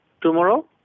tomorrow